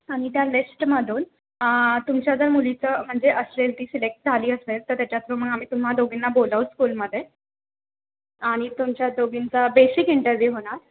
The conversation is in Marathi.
आणि त्या लिस्टमधून तुमच्या जर मुलीचं म्हणजे असेल ती सिलेक्ट झाली असेल तर त्याच्यातून मग आम्ही तुम्हा दोघीना बोलवू स्कूलमध्ये आणि तुमच्या दोघींचा बेसिक इंटरव्ह्यू होणार